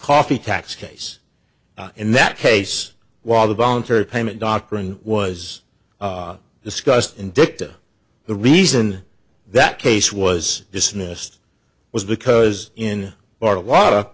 coffee tax case in that case while the voluntary payment doctrine was discussed in dicta the reason that case was dismissed was because in part a lot of